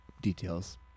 details